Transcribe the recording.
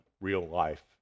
real-life